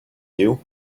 you